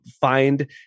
find